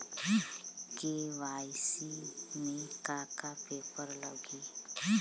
KYC में का का पेपर लगी?